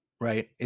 right